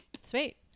Sweet